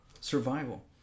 survival